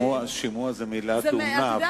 שימוע הוא מלה טעונה.